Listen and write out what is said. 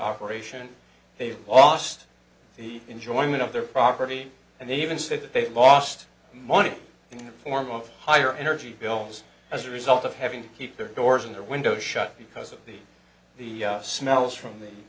our ration they've lost the enjoyment of their property and they even say that they lost money in the form of higher energy bills as a result of having to keep their doors and their windows shut because of the the smells from the